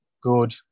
good